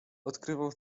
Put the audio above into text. odkrywał